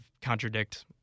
contradict